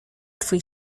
twój